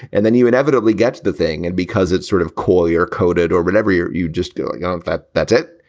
and then you inevitably get to the thing. and because it's sort of coir coded or whatever, you you just do yeah and that. that's it.